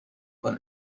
کنه